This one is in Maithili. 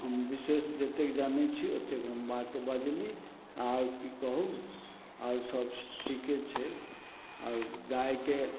हम विशेष जतेक जानय छी ओतेक हम बात बजली आओर की कहू आओर सब ठीके छै आओर गायके